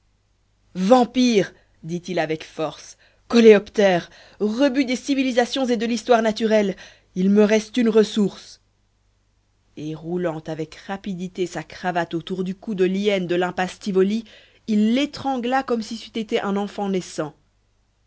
vampires dit-il avec force coléoptères rebuts des civilisations et de l'histoire naturelle il me reste une ressource et roulant avec rapidité sa cravate autour du cou de l'hyène de l'impasse tivoli il l'étrangla comme si c'eut été un enfant naissant